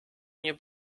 nie